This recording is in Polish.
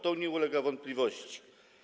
To nie ulega wątpliwości.